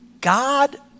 God